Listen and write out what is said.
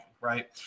right